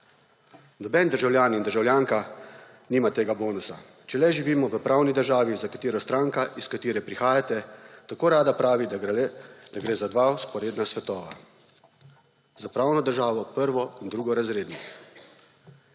Nobeden državljan in državljanka nima tega bonusa, če le živimo v pravni državi, za katero stranka, iz katere prihajate, tako rada pravi, da gre za dva vzporedna svetova; za pravno državo prvo- in drugorazredno.